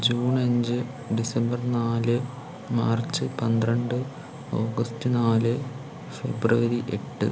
June അഞ്ച് December നാല് March പന്ത്രണ്ട് ഓഗസ്റ്റ് നാല് ഫെബ്രുവരി എട്ട്